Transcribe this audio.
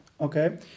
Okay